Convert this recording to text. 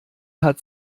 hat